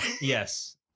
Yes